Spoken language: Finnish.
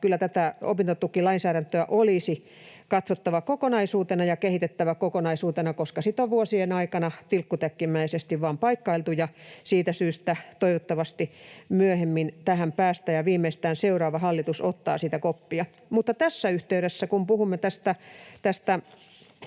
— eli opintotukilainsäädäntöä olisi katsottava kokonaisuutena ja kehitettävä kokonaisuutena, koska sitä on vuosien aikana tilkkutäkkimäisesti vain paikkailtu, ja siitä syystä toivottavasti myöhemmin tähän päästään ja viimeistään seuraava hallitus ottaa siitä koppia. Tässä yhteydessä, kun puhumme tästä